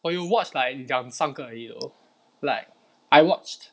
我有 watch like 两三个也有 like I watched